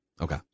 Okay